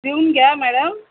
लिहून घ्या मॅडम